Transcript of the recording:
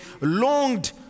longed